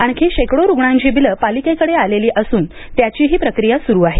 आणखी शेकडो रुग्णांची बिले पालिकेकडे आलेली असून त्याचीही प्रक्रिया सुरू आहे